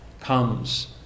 comes